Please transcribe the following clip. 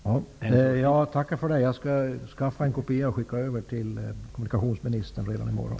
Herr talman! Jag tackar för det. Jag skall skaffa en kopia och skicka över till kommunikationsministern redan i morgon.